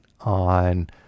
on